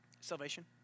salvation